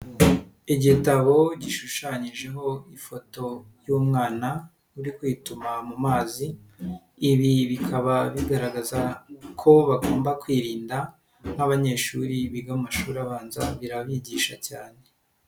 Igitabo gishushanyijeho ifoto y'umwana uri kwituma mu mazi, ibi bikaba bigaragaza ko bagomba kwirinda nk'abanyeshuri biga mu mashuri abanza birabigisha cyane.